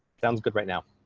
sounds good right now.